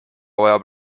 vajab